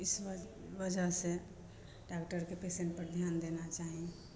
इस वजह से डॉक्टरके पेसेंटपर ध्यान देना चाही